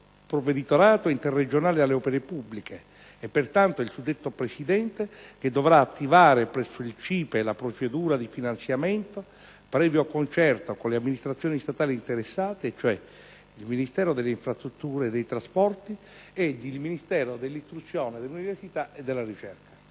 il Ministero dell'istruzione, dell'università e della ricerca.